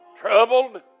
troubled